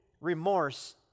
remorse